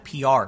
PR